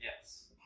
Yes